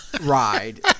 ride